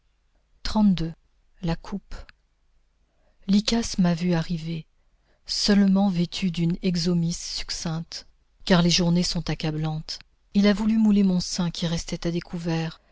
la coupe lykas m'a vue arriver seulement vêtue d'une exômis succincte car les journées sont accablantes il a voulu mouler mon sein qui restait à découvert